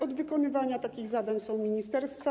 Od wykonywania takich zadań są ministerstwa.